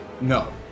No